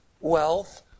wealth